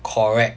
correct